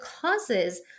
causes